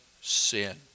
sin